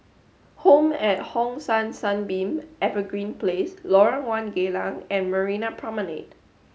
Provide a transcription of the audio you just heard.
home at Hong San Sunbeam Evergreen Place Lorong One Geylang and Marina Promenade